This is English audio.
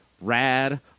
Rad